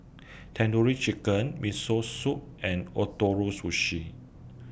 Tandoori Chicken Miso Soup and Ootoro Sushi